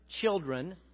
children